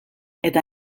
eta